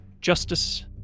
justice